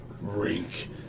rink